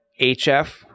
HF